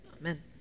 Amen